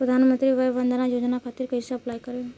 प्रधानमंत्री वय वन्द ना योजना खातिर कइसे अप्लाई करेम?